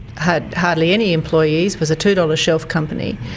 had hardly any employees, was a two dollars shelf company,